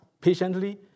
patiently